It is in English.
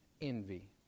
envy